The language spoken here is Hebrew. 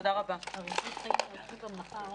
תודה רבה, הישיבה נעולה.